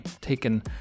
taken